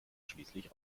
schließlich